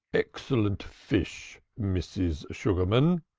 excellent fish, mrs. sugarman,